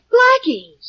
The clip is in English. Blackie